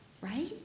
right